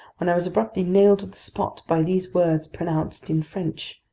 when i was abruptly nailed to the spot by these words pronounced in french